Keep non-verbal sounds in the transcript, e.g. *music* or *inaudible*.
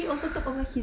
*breath*